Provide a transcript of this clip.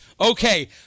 Okay